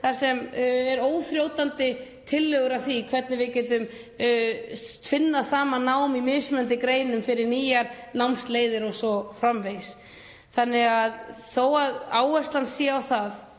þar sem eru óþrjótandi tillögur að því hvernig við getum tvinnað saman nám í mismunandi greinum fyrir nýjar námsleiðir o.s.frv. Þannig að þó að áherslan sé á það